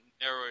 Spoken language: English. narrow